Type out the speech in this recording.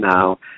now